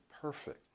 perfect